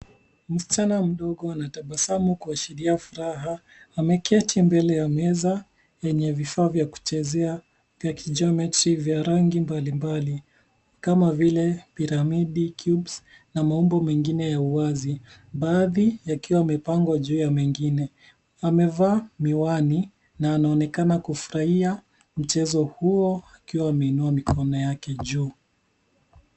Msichana mdogo anatabasamu kuashiria furaha. Ameketi mbele ya meza yenye vifaa vya kuchezea vya kijiometri vya rangi mbalimbali kama vile piramidi, cubes[cs) na maumbo mengine ya wazi baadhi yakiwa yamepangwa juu ya mengine. Amevaa miwani na anaonekana kufurahia mchezo huo akiwa ameinua mikono yake juu.